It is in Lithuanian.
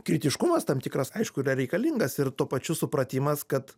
kritiškumas tam tikras aišku yra reikalingas ir tuo pačiu supratimas kad